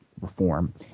reform